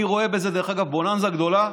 אני רואה בזה, דרך אגב, בוננזה גדולה.